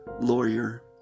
lawyer